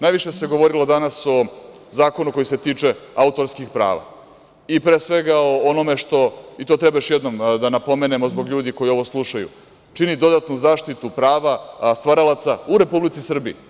Najviše se govorilo danas o zakonu koji se tiče autorskih prava i pre svega o onome što, i to treba još jednom da napomenemo zbog ljudi koji ovo slušaju, čini dodatnu zaštitu prava stvaralaca u Republici Srbiji.